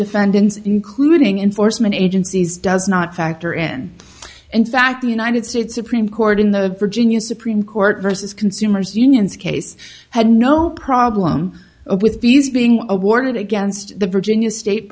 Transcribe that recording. defendants including in foresman agencies does not factor in in fact the united states supreme court in the virginia supreme court vs consumers unions case had no problem with these being awarded against the virginia state